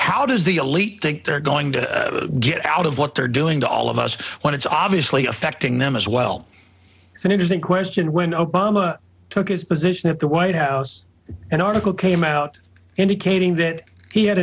how does the elite think they're going to get out of what they're doing to all of us when it's obviously affecting them as well it's an interesting question when obama took his position at the white house an article came out indicating that he had